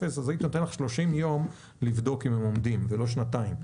הייתי נותן לך 30 ימים לבדוק אם הם עומדים ולא שנתיים.